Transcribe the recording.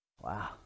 Wow